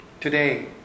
today